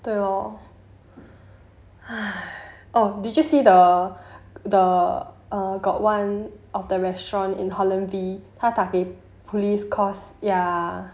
对 lor oh did you see the the uh got one of the restaurant in holland v 他打给 police cause ya